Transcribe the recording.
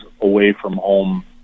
away-from-home